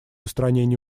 устранения